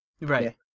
Right